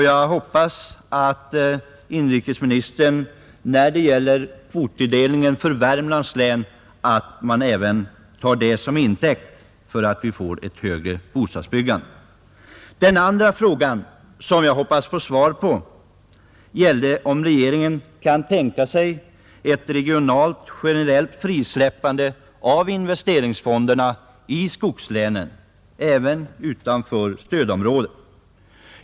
Jag hoppas att inrikesministern vid kommande kvottilldelning för Värmlands län tar detta till intäkt för att öka bostadsbyggandet där. Den andra fråga som jag hoppas få svar på gäller om regeringen kan tänka sig ett generellt regionalt frisläppande av investeringsfonderna i skogslänen.